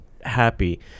happy